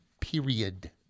period